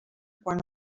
quan